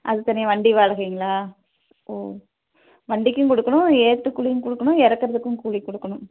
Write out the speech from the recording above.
அதுக்கு தனியாக வண்டி வாடகைங்களா ஓ வண்டிக்கும் கொடுக்கணும் ஏத்தும் கூலியும் கொடுக்கணும் இறக்கறதுக்கும் கூலி கொடுக்கணும்